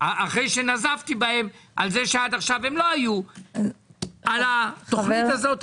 אחרי שנזפתי בהם על זה שעד עכשיו הם לא היו על התוכנית הזו,